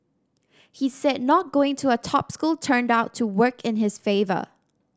he said not going to a top school turned out to work in his favour